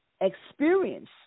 experience